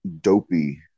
dopey